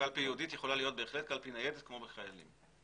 קלפי ייעודית יכולה בהחלט להיות קלפי ניידת כמו שקורה עם החיילים.